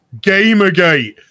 Gamergate